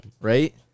Right